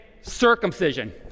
circumcision